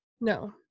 No